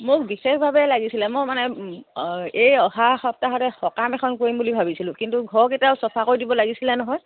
মোক বিশেষভাৱে লাগিছিলে মই মানে এই অহা সপ্তাহতে সকাম এখন কৰিম বুলি ভাবিছিলোঁ কিন্তু ঘৰকেইটাও চফা কৰি দিব লাগিছিলে নহয়